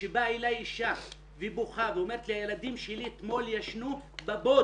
כשבאה אליי אישה והיא בוכה והיא אומרת לי: הילדים שלי אתמול ישנו בבוץ,